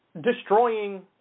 destroying